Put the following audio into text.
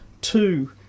Two